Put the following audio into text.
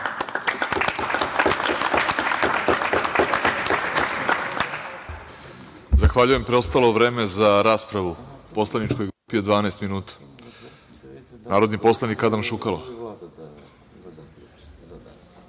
Zahvaljujem. Preostalo vreme za raspravu poslaničkoj grupi je 12 minuta. Reč ima narodni poslanik Adam Šukalo.